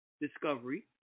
discovery